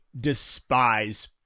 despise